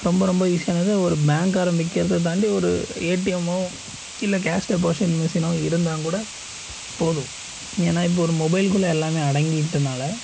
ரொம்ப ரொம்ப ஈஸியானது ஒரு பேங்க் ஆரம்பிக்கிறது தாண்டி ஒரு ஏடிஎம்மோ இல்ல கேஷ் டெபாசிஷன் மிஷினோ இருந்தால் கூட போதும் ஏன்னா இப்போது ஒரு மொபைல் குள்ள எல்லாமே அடங்கிட்டதனால